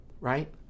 right